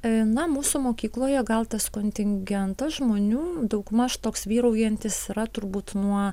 na mūsų mokykloje gal tas kontingentas žmonių daugmaž toks vyraujantis yra turbūt nuo